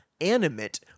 animate